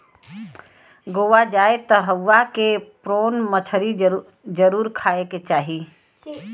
गोवा जाए त उहवा के प्रोन मछरी जरुर खाए के चाही